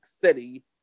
city